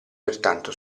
pertanto